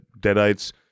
Deadites